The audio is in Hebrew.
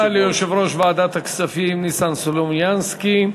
תודה ליושב-ראש ועדת הכספים ניסן סלומינסקי.